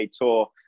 tour